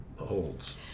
holds